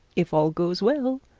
if all goes well,